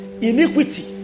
iniquity